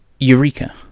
Eureka